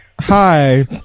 Hi